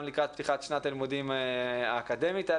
גם בעניין פתיחת שנת הלימודים האקדמית היו